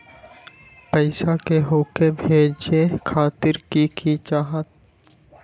पैसा के हु के भेजे खातीर की की चाहत?